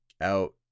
out